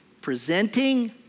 presenting